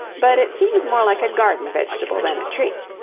but it seems more like a garden vegetable than a tree.